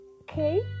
Okay